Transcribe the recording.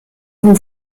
bon